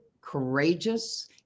courageous